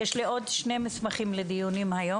יש לי עוד שני מסמכים לדיונים היום,